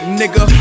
nigga